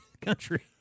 country